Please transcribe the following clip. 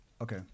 Okay